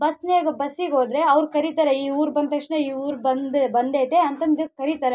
ಬಸ್ನಾಗ ಬಸ್ಸಿಗೆ ಹೋದ್ರೆ ಅವ್ರು ಕರಿತಾರೆ ಈ ಊರು ಬಂದ ತಕ್ಷಣ ಈ ಊರು ಬಂದು ಬಂದೈತೆ ಅಂತಂದು ಕರಿತಾರೆ